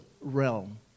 realm